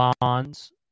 Bonds